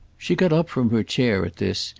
she got up from her chair, at this,